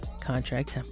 contract